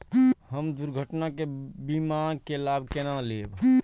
हम दुर्घटना के बीमा के लाभ केना लैब?